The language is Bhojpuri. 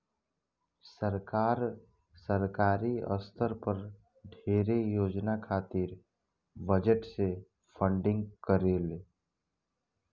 सरकार, सरकारी स्तर पर ढेरे योजना खातिर बजट से फंडिंग करेले